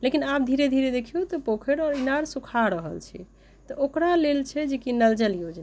लेकिन आब धीरे धीरे देखियौ तऽ पोखरि आओर इनार सुखा रहल छै तऽ ओकरा लेल छै जे कि नल जल योजना